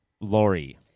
Lori